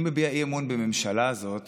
אני מביע אי-אמון בממשלה הזאת